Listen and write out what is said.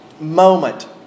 moment